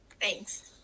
Thanks